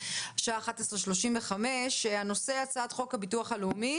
השעה 11:35. הנושאים הם: הצעת חוק הביטוח הלאומי